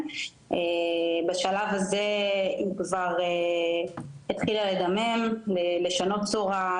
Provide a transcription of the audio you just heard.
בשלב הזה היא כבר התחילה לדמם ולשנות צורה,